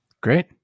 Great